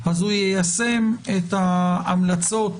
הוא יישם את ההמלצות